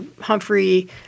Humphrey